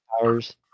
powers